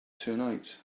tonight